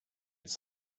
been